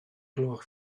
gloch